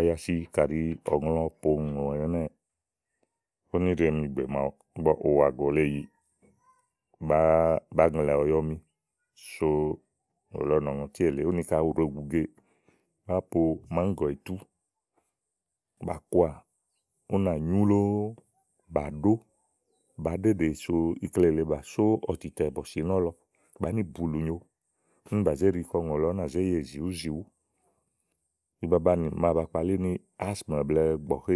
Ayasi kaɖi ɔ̀ŋlɔ pòo ùŋò nɛnɛ́ɛ ówó níɖe mi ìgbè màa ù wàgó le yìií màaba ŋlɛ ɔ̀yɔ mi so ùŋò lɔ nɔ̀ ŋɔtí èle úni kayi ù ɖòo gu uge, bàáa po màáŋgɔ ìtú bà kɔà ú nà nyú lóó, bà ɖò bàá ɖeɖè so íkle lèe bà só ɔ̀tìtɛ̀ ɔ̀sì nɔ̀lɔ bàá ni bulùnyo úni bà zé ɖi kɔùŋòlɔ ú nà zé yè zìwúzìwú kíbabanì màa ba kpalí ni ásmɛ blɛ̀ɛ gbɔ hé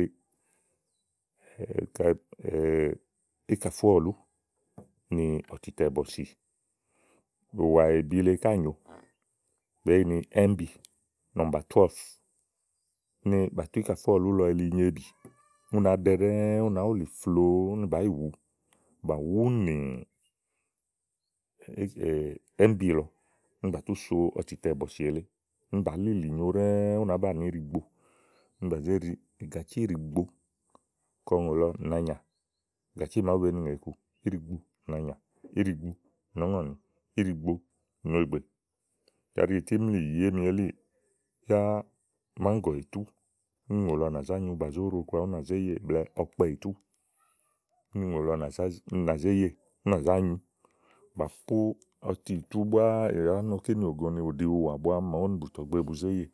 íkàfó ɔ̀lú nì ɔ̀tìtɛ̀ bɔ̀sì ùwàèbi le ká nyòo bèé yi ni ɛ́mbì nɔ̀mbà túɛ, úni bà tú íkàfó ɔ̀lú lɔ yili nyo ìbì, ú nàá ɖɛ ɖɛ́ɛ, ú nàá wulì flòo úni bàá yi wùubà wú únìnì ɛ́nbì lɔ úni bà tú so ɔ̀tìtɛ̀bɔsì èle úni bàá lilìnyo ɖɛ́ɛ́ ú nàá banìi íɖigbo úni bà zé ɖi ìgàcí ɖìigbo kɔ ùŋò lɔ nàanyà ìgàcí màa ówó be ni ŋè iku íɖigbo nàanyà, íɖigbo nɔ̀ɔ́ ŋɔ̀ni, íɖigbo nùegbè. kaɖi ìtímli yìiémi elíì yá màáŋgɔ̀ ìtù úni ùŋò lɔ nà zá nyu, bàzó ɖo kɔà ú nà zé yè blɛ̀ɛ ɔkpɛ ìtú úni ùŋò lɔ nà zé yè ú nà zá nyu, bà pó ɔti ìtú búá ì wàá nɔ kínì òwogo ni bìà bù ɖi ùwà màa ówó nì bùtɔ gbe bu zé yè.